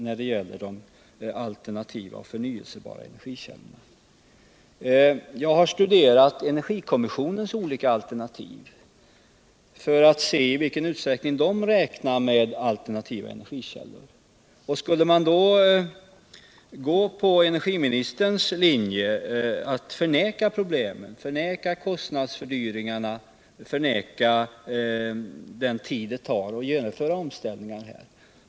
När det gäller alternativa och förnyelsebara energikällor har jag studerat energikommissionens olika alternativ för att se i vilken utsträckning den räknar med alternativa energikällor. Energiministerns linje är att förneka problemen — förneka att det blir kostnadsfördyringar och förneka att det tar tid att genomföra omställningarna.